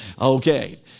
Okay